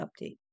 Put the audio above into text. update